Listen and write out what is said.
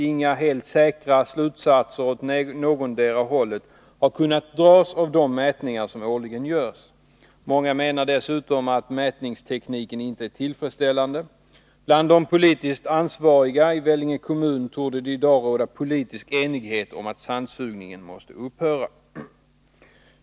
Inga helt säkra slutsatser åt någotdera hållet har kunnat dras av de mätningar som årligen görs. Många menar dessutom att mätningstekniken inte är tillfredsställande. Bland de politiskt ansvariga i Vellinge kommun torde det i dag råda politisk enighet om att sandsugningen måste upphöra.